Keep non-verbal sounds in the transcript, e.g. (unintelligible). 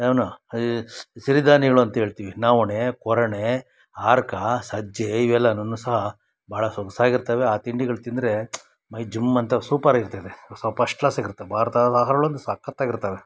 ಏನು ಈ ಸಿರಿಧಾನ್ಯಗಳು ಅಂತ ಹೇಳ್ತೀವಿ ನವಣೆ ಕೊರಲೆ ಹಾರ್ಕ ಸಜ್ಜೆ ಇವೆಲ್ಲಾನು ಸಹ ಭಾಳ ಸೊಗಸಾಗಿರ್ತವೆ ಆ ತಿಂಡಿಗಳು ತಿಂದರೆ ಮೈ ಜುಮ್ ಅಂತ ಸೂಪರ್ ಇರ್ತದೆ (unintelligible) ಪಸ್ಟ್ ಕ್ಲಾಸಾಗಿ ಇರತ್ತೆ ಭಾರ್ತದ ಆಹಾರಗಳಂದರೆ ಸಖತ್ತಾಗಿ ಇರ್ತವೆ